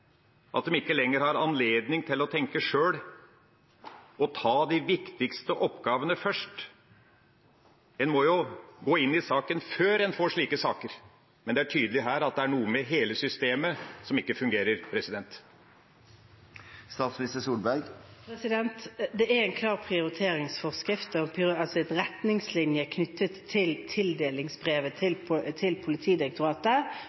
at de ikke lenger har anledning til å tenke sjøl og ta de viktigste oppgavene først? En må jo gå inn i saken før en får slike saker, men her er det tydelig noe med hele systemet som ikke fungerer. Det er en klar prioriteringsforskrift – altså retningslinjer – knyttet til tildelingsbrevet